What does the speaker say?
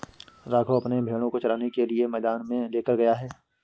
राघव अपने भेड़ों को चराने के लिए मैदान में लेकर गया है